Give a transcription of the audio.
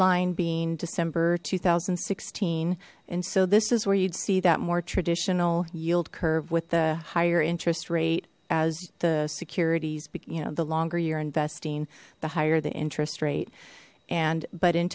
line being december two thousand and sixteen and so this is where you'd see that more traditional yield curve with the higher interest rate as the securities but you know the longer you're investing the higher the interest rate and but in